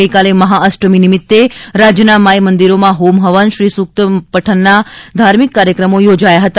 ગઇકાલે મહાઅષ્ટમી નિમિત્તે રાજ્યના માઇમંદિરોમાં હોમ હવન શ્રી સૂક્ત પઠનના ધાર્મિક કાર્યક્રમો યોજાયા હતા